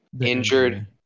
injured